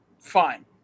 fine